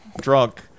drunk